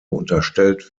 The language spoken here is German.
unterstellt